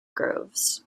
groves